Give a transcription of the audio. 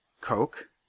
coke